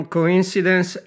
Coincidence